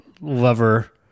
lover